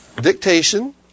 Dictation